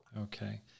Okay